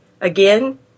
Again